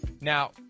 Now